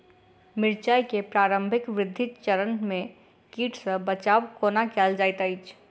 मिर्चाय केँ प्रारंभिक वृद्धि चरण मे कीट सँ बचाब कोना कैल जाइत अछि?